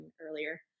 earlier